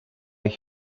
ich